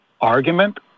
argument